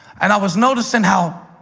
and i was noticing how